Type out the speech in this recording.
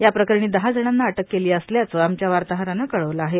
याप्रकरणी दहा जणांना अटक केली असल्याचं आमच्या वार्ताहरानं कळवलं आहे